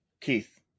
Keith